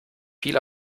viel